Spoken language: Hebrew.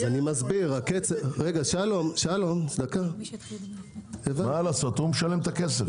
הוא משלם את הכסף.